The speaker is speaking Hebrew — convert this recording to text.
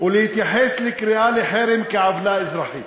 ולהתייחס לקריאה לחרם כעוולה אזרחית.